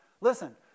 listen